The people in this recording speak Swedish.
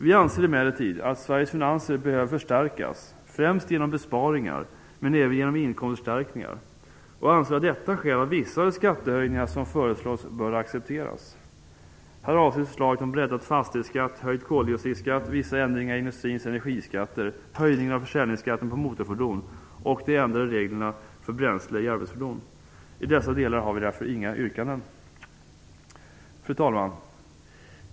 Vi anser emellertid att Sveriges finanser behöver förstärkas främst genom besparingar men även genom inkomstförstärkningar och anser av detta skäl att vissa av de skattehöjningar som föreslås bör accepteras. Här avses förslaget om breddad fastighetsskatt, höjd koldioxidskatt, vissa ändringar i industrins energiskatter, höjningen av försäljningsskatten på motorfordon och de ändrade reglerna för bränsle i arbetsfordon. I dessa delar har vi därför inga yrkanden. Fru talman!